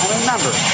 remember